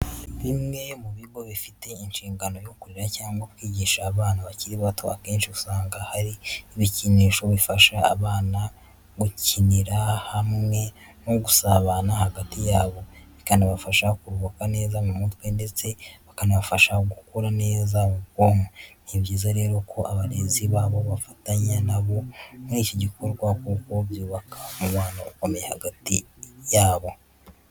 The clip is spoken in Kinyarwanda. Bimwe mu bigo bifite inshingano yo kurera cyangwa kwigisha abana bakiri bato, akenshi usanga hari ibikinisho bifasha abana gukinira hamwe no gusabana hagati yabo, bikabafasha kuruhuka neza mu mutwe ndetse bikabafasha gukura neza mu bwonko. Ni byiza rero ko abarezi babo bafatanya na bo muri icyo gikorwa kuko byubaka umubano ukomeye hagati yabo.